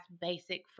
basic